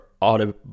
auto